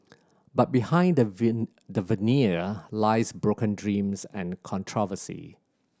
but behind the the veneer lies broken dreams and controversy